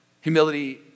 Humility